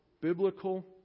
biblical